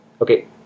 Okay